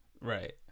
Right